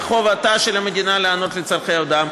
וחובתה של המדינה להיענות לצורכי אדם,